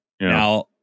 Now